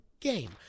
GAME